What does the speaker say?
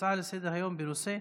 הצעה לסדר-היום בנושא: